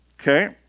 okay